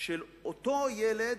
של אותו ילד,